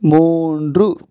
மூன்று